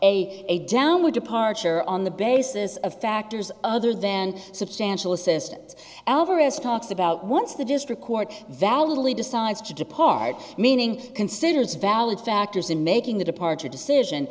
a a downward departure on the basis of factors other then substantial assistance alvarez talks about once the district court validly decides to depart meaning considers valid factors in making the departure decision